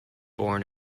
born